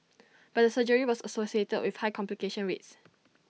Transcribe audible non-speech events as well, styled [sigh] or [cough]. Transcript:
[noise] but the surgery was associated with high complication rates